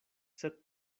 sed